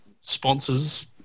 sponsors